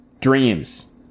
dreams